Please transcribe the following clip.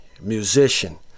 musician